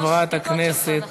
חברת הכנסת רוזין,